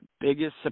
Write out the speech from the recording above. biggest